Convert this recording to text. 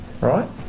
Right